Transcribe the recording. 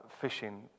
fishing